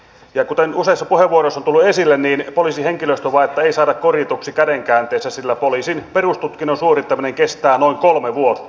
ja kuten useissa puheenvuoroissa on tullut esille poliisin henkilöstövajetta ei saada korjatuksi käden käänteessä sillä poliisin perustutkinnon suorittaminen kestää noin kolme vuotta